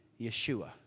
Yeshua